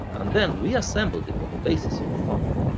and then reassembled it on the basis of funk.